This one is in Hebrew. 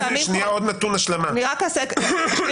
עוד נתון להשלמה --- אני רק אעשה --- כי